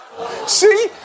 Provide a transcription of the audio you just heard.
See